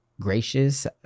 gracious